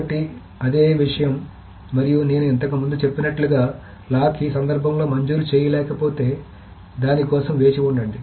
కాబట్టి అదే విషయం మరియు నేను ఇంతకు ముందు చెప్పినట్లుగాలాక్ ఈ సందర్భంలో మంజూరు చేయకపోతే దాని కోసం వేచి ఉండండి